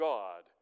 God